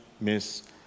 miss